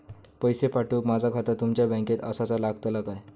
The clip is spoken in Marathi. पैसे पाठुक माझा खाता तुमच्या बँकेत आसाचा लागताला काय?